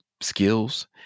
skills